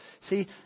See